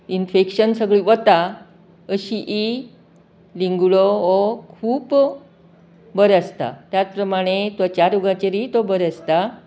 infection सगळें वता अशीं ही लिंगूडो हो खूब बरो आसता त्या प्रमाणें त्वछा रोगाचेरय तो बरो आसता